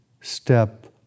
step